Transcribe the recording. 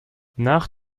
nach